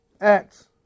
Acts